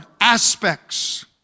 aspects